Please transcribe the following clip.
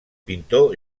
pintor